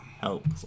Help